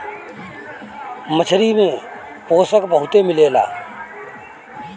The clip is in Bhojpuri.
मछरी में पोषक बहुते मिलेला